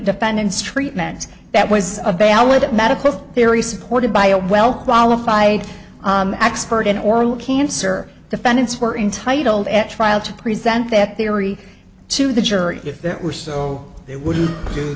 defendant's treatment that was a valid medical theory supported by a well qualified expert in oral cancer defendants were entitled at trial to present that they are to the jury if that were so they would do